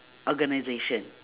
organisation